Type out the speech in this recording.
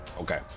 Okay